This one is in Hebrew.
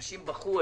אנשים בכו.